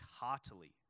heartily